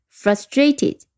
frustrated